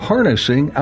Harnessing